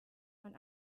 man